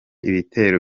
ibitero